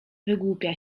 wygłupia